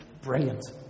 Brilliant